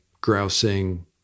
grousing